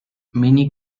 mini